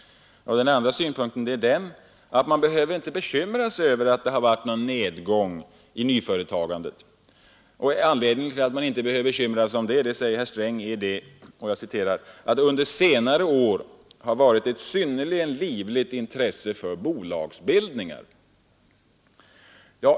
Den andra synpunkten är att man inte behöver bekymra sig över någon nedgång i nyföretagandet, eftersom det, som det heter i svaret, under senare år har varit ett synnerligen livligt intresse för bolagsbildningar.